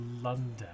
London